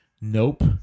Nope